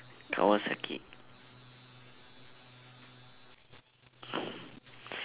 kawasaki